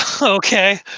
Okay